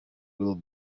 will